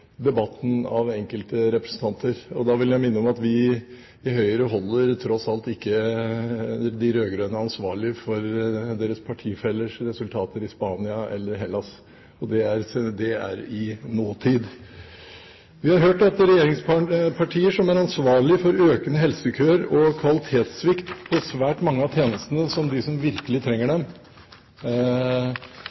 debatten av enkelte representanter. Da vil jeg minne om at vi i Høyre tross alt ikke holder de rød-grønne ansvarlig for deres partifellers resultater i Spania eller Hellas, og det er i nåtid. Vi har hørt at regjeringspartiene, som er ansvarlige for økende helsekøer og kvalitetssvikt på svært mange av tjenestene som folk virkelig trenger,